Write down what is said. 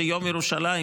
שיום ירושלים,